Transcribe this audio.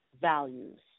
values